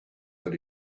that